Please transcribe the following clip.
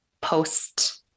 post